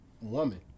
woman